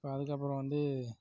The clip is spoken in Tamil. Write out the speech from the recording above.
இப்போ அதுக்கப்புறம் வந்து